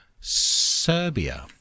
Serbia